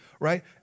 right